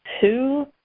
two